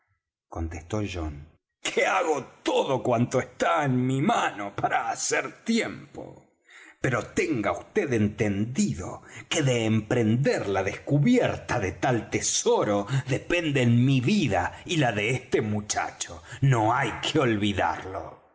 contestó john que hago todo cuanto está en mi mano para hacer tiempo pero tenga vd entendido que de emprender la descubierta del tal tesoro dependen mi vida y la de este muchacho no hay que olvidarlo